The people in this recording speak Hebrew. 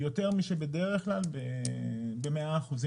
יותר מבדרך כלל ב-100%.